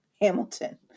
Hamilton